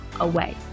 away